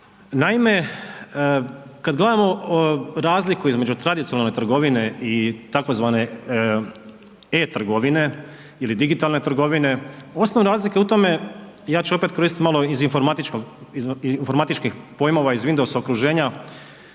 Naime, kad gledamo razliku između tradicionalne trgovine i tzv. e-Trgovine ili digitalne trgovine, osnovna razlika je u tome, ja ću opet koristiti malo iz informatičkih pojmova iz Windows okruženja.